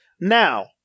Now